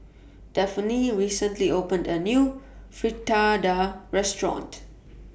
Dafne recently opened A New Fritada Restaurant